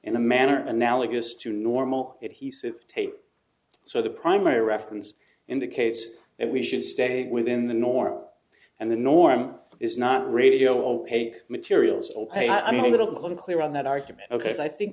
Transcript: in a manner analogous to normal it he sits tate so the primary reference indicate that we should stay within the norm and the norm is not radio opaque materials ok i'm a little unclear on that argument i think